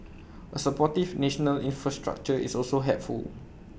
A supportive national infrastructure is also helpful